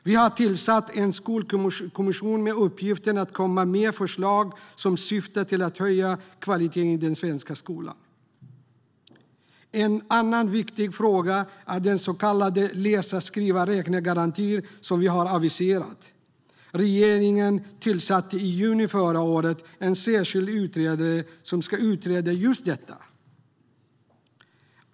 Vi har tillsatt en skolkommission med uppgift att komma med förslag som syftar till att höja kvaliteten i den svenska skolan. En annan viktig fråga är den så kallade läsa-skriva-räkna-garantin som vi har aviserat. Regeringen tillsatte i juni förra året en särskild utredare som ska utreda just detta.